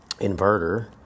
inverter